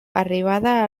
arribada